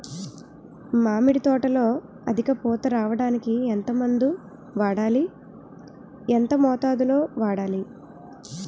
మామిడి తోటలో అధిక పూత రావడానికి ఎంత మందు వాడాలి? ఎంత మోతాదు లో వాడాలి?